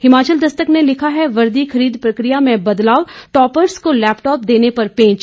हिमाचल दस्तक ने लिखा है वर्दी खरीद प्रक्रिया में बदलाव टॉपर्ज को लैपटॉप देने पर पेंच